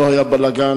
לא היה בלגן.